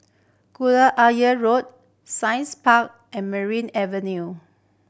Ayer Road Science Park and Merryn Avenue